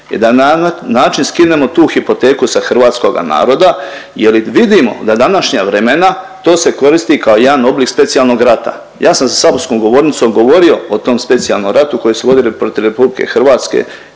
i da na taj način skinemo tu hipoteku sa hrvatskoga naroda jer vidimo da današnja vremena, to se koristi kao jedan oblik specijalnog rata. Ja sam za saborskom govornicom govorio o tom specijalnom ratu koji se vodio protiv RH i preko